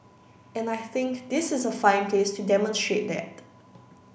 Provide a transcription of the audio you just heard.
and I think this is a fine place to demonstrate that